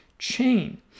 Chain